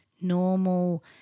Normal